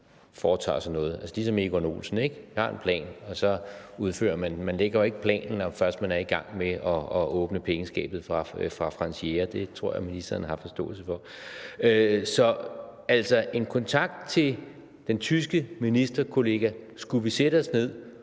foretager sig noget – ligesom Egon Olsen, ikke? Man har en plan, og så udfører man den. Man lægger jo ikke planen, når man først er i gang med at åbne pengeskabet fra Frantz Jäger. Det tror jeg ministeren har forståelse for. Altså, en kontakt til den tyske ministerkollega og spørgsmålet: Skulle vi sætte sig ned